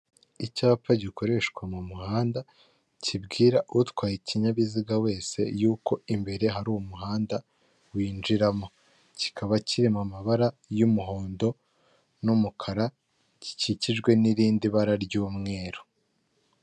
Nyicyubahiro perezida wa repubulika Paul Kagame wambaye ikositimu y'umukara ndetse n'amadarubindi ahagaze iruhande rw'umugore we wambaye umukenyero w'ubururu n'amadarubindi n'agapira k'umukara, ku ruhande rwabo hari ibendera ry'igihugu cy'u Rwanda ndetse n'umugabo wambaye imyambaro y'umutuku ndetse n'ingofero y'umukara bita bakunze kwita umucamanza.